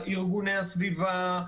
ארגוני הסביבה,